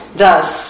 thus